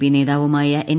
P നേതാവുമായ N